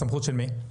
בסמכות של מי זה?